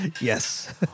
yes